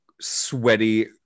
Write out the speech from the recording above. sweaty